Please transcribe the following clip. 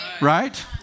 right